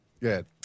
Good